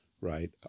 right